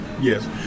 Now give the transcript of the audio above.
yes